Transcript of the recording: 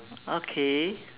okay